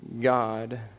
God